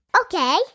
Okay